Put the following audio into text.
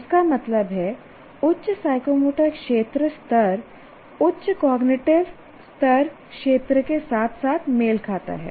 इसका मतलब है उच्च साइकोमोटर क्षेत्र स्तर उच्च कॉग्निटिव स्तर क्षेत्र के साथ साथ मेल खाता है